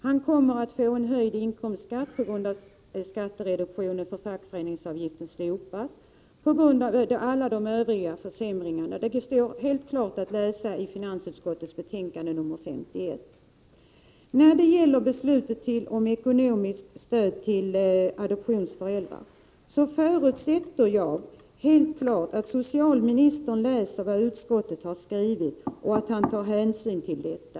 Han kommer också att få inkomstskatten höjd på grund av att skattereduktionen för fackföreningsavgiften slopas och på grund av alla de övriga försämringarna. Det står helt klart att läsa i finansutskottets betänkande 10 s. 51. När det gäller beslutet om ekonomiskt stöd till adoptionsföräldrar förutsätter jag att socialministern läser vad utskottet har skrivit och att han tar hänsyn till detta.